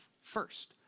first